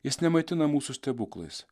jis nemaitina mūsų stebuklais